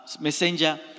messenger